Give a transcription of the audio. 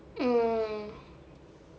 mm